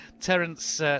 Terence